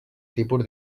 tipus